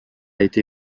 été